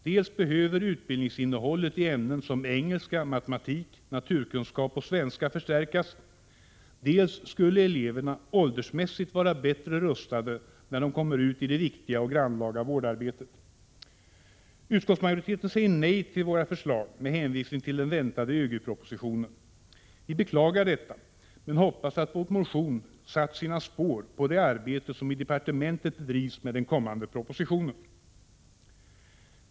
Dels behöver utbildningsinnehållet i ämnen som engelska, matematik, naturkunskap och svenska förstärkas, dels skulle eleverna åldersmässigt vara bättre rustade när de kommer ut i det viktiga och grannlaga vårdarbetet. Utskottsmajoriteten säger nej till våra förslag med hänvisning till den väntade ÖGY-propositionen. Vi beklagar detta, men hoppas att vår motion har satt sina spår i det arbete med den kommande propositionen som bedrivs i departementet.